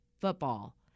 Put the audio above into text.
football